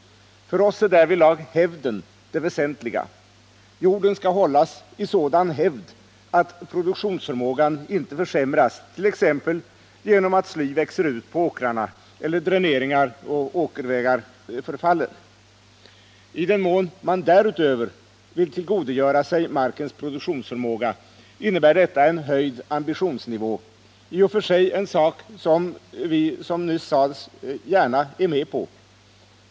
För oss är därvidlag hävden det väsentliga. Jorden skall hållas i sådan hävd att produktionsförmågan inte försämras, t.ex. genom att sly växer ut på åkrarna eller dräneringar och åkervägar förfaller. I den mån man därutöver vill tillgodogöra sig markens produktionsförmåga innebär detta en höjd ambitionsnivå — i och för sig en sak som vi gärna är med på.